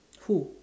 who